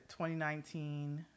2019